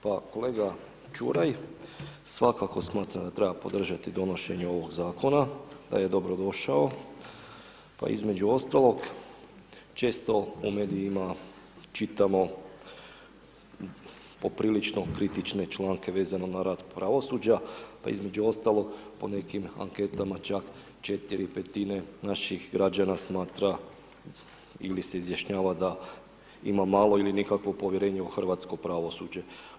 Pa kolega Čuraj, svakako smatram da treba podržati donošenje ovog zakona, da je dobrodošao pa između ostalog često u medijima čitamo poprilično kritične članke vezano na rad pravosuđa pa između ostalog po nekim anketama čak 4/5 naših građana smatra ili se izjašnjava da ima malo ili nikakvo povjerenje u hrvatsko pravosuđe.